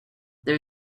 there